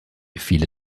viele